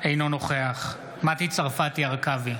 אינו נוכח מטי צרפתי הרכבי,